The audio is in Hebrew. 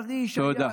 תודה.